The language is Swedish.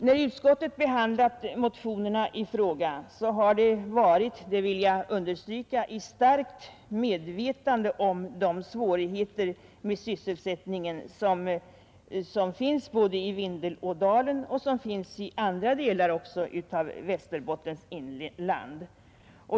När utskottet behandlat motionerna i fråga har det skett — det vill jag understryka — i starkt medvetande om de svårigheter med sysselsättningen som finns både i Vindelådalen och i andra delar av Västerbottens inland.